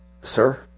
sir